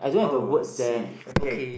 oh I see okay